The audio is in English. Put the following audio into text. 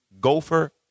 Gopher